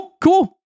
Cool